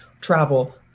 travel